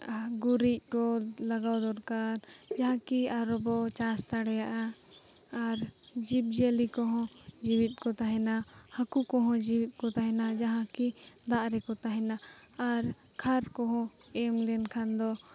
ᱜᱩᱨᱤᱡ ᱠᱚ ᱞᱟᱜᱟᱣ ᱫᱚᱨᱠᱟᱨ ᱡᱟᱦᱟᱸ ᱠᱤ ᱟᱨᱦᱚᱸ ᱵᱚᱱ ᱪᱟᱥ ᱫᱟᱲᱮᱭᱟᱜᱼᱟ ᱟᱨ ᱡᱤᱵᱽᱼᱡᱤᱭᱟᱹᱞᱤ ᱠᱚᱦᱚᱸ ᱡᱮᱣᱮᱫ ᱠᱚ ᱛᱟᱦᱮᱱᱟ ᱦᱟᱹᱠᱩ ᱠᱚᱦᱚᱸ ᱡᱮᱣᱮᱫ ᱠᱚ ᱛᱟᱦᱮᱱᱟ ᱡᱟᱦᱟᱸ ᱠᱤ ᱫᱟᱜ ᱨᱮᱠᱚ ᱛᱟᱦᱮᱱᱟ ᱥᱟᱨ ᱠᱚ ᱮᱢ ᱞᱮᱱᱠᱷᱟᱱ ᱫᱚ